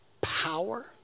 power